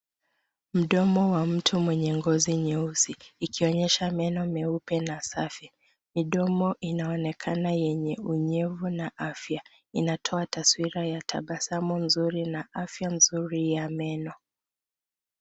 Mdomo wa mtu mwenye ngozi nyeusi ikionyesha meno meupe na safi, midomo inaonekana yenye unyevu na afya. Inatoa taswira ya tabasamu nzuri na afya nzuri ya meno.